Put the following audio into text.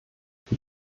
die